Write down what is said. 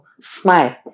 smile